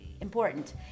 important